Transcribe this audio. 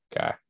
Okay